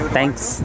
Thanks